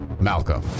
Malcolm